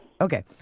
Okay